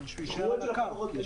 אבל שהוא יישאר אחר כך.